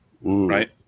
right